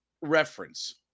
reference